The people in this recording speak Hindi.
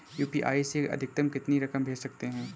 यू.पी.आई से अधिकतम कितनी रकम भेज सकते हैं?